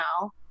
now